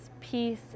peace